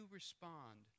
respond